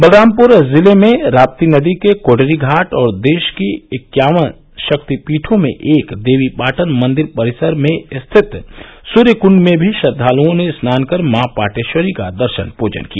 बलरामपुर जिले में रापी नदी के कोडरी घाट और देश की इक्यावन शक्तिपीठों में एक देवीपाटन मंदिर परिसर में स्थित सूर्यकूंड में भी श्रद्वाल्ओं ने स्नान कर माँ पाटेश्वरी का दर्शन पूजन किया